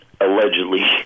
allegedly